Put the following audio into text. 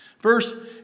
First